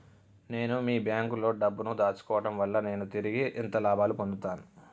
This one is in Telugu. నేను మీ బ్యాంకులో డబ్బు ను దాచుకోవటం వల్ల నేను తిరిగి ఎంత లాభాలు పొందుతాను?